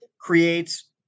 creates